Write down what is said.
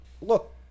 look